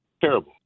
terrible